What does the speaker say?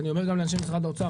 אני אומר גם לאנשי משרד האוצר,